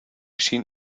schien